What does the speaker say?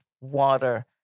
water